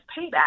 payback